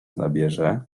nabierze